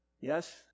Yes